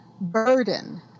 burden